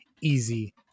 easy